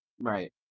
Right